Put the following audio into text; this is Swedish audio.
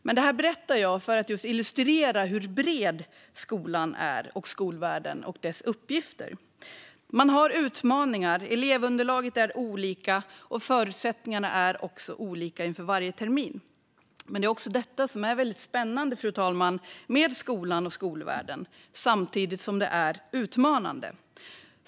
Men det här berättar jag för att illustrera hur bred skolan och skolvärlden är och hur breda dess uppgifter är. Man har utmaningar. Elevunderlaget är olika, och förutsättningarna är också olika inför varje termin. Men det är också detta, fru talman, som är spännande med skolan och skolvärlden - samtidigt som det är utmanande.